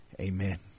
Amen